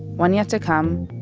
one yet to come,